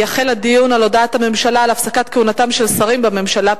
יחל הדיון על הודעת הממשלה על הפסקת כהונתם של שרים בממשלה,